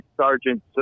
Sergeant